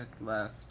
left